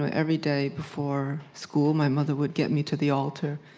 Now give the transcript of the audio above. ah every day before school, my mother would get me to the altar,